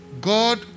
God